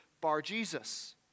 Bar-Jesus